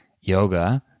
yoga